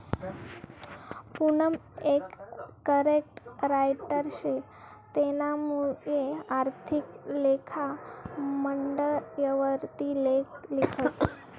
पूनम एक content writer शे तेनामुये आर्थिक लेखा मंडयवर ती लेख लिखस